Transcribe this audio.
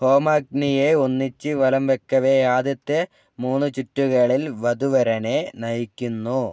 ഹോമാഗ്നിയെ ഒന്നിച്ച് വലം വയ്ക്കവേ ആദ്യത്തെ മൂന്നുചുറ്റുകളിൽ വധു വരനെ നയിക്കുന്നു